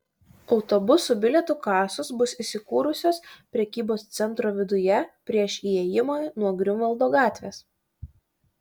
autobusų bilietų kasos bus įsikūrusios prekybos centro viduje prieš įėjimą nuo griunvaldo gatvės